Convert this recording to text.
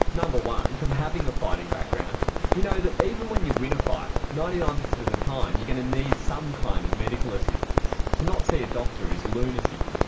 number one, from having a fighting background you know that even when you win a fight, ninety nine per cent of the time you're going to need some kind of medical assistance. to not see a doctor is lunacy.